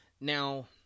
Now